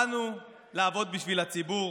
באנו לעבוד בשביל הציבור.